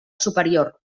superior